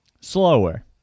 slower